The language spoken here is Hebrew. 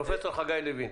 לוין,